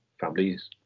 families